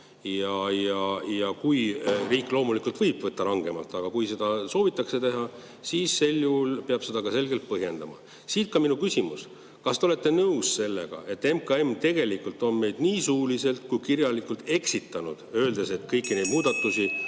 on. Riik loomulikult võib võtta rangemalt, aga kui seda soovitakse teha, siis sel juhul peab seda ka selgelt põhjendama. Siit ka minu küsimus. Kas te olete nõus sellega, et MKM tegelikult on meid nii suuliselt kui ka kirjalikult eksitanud, öeldes, et kõiki neid muudatusi